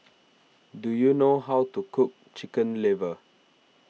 do you know how to cook Chicken Liver